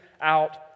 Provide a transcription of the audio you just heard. out